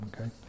Okay